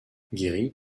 guéri